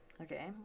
okay